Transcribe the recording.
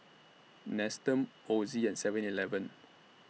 Nestum Ozi and Seven Eleven